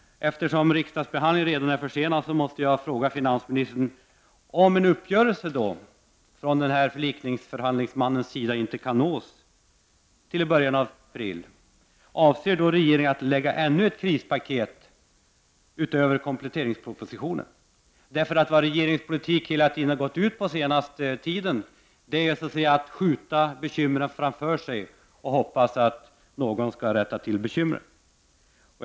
Eftersom riksdagsbehandlingen redan är försenad måste jag fråga finansministern: Om en uppgörelse genom förhandlingsmannen inte kan nås till i början av april, avser regeringen då att lägga fram ännu ett krispaket utöver kompletteringspropositionen? Vad regeringspolitiken den senaste tiden gått ut på är så att säga att man skjuter bekymren framför sig och hoppas på att någon skall lätta dem.